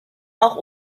auch